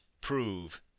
prove